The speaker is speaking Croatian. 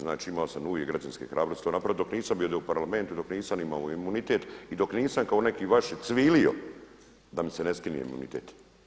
Znači imao sam uvijek građanske hrabrosti, a … dok nisam bio u Parlamentu dok nisam imao imunitet i dok nisam kao neki vaši cvilio da mi se ne skine imunitet.